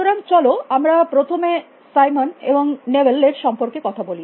সুতরাং চল আমরা প্রথমে সাইমন এবং নেবেল এর সম্পর্কে কথা বলি